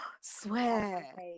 Swear